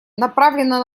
направлено